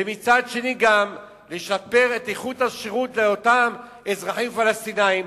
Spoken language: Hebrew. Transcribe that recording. ומצד שני גם לשפר את איכות השירות לאותם אזרחים פלסטינים.